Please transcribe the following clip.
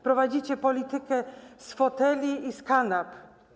Prowadzicie politykę z foteli i kanap.